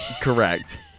Correct